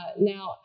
Now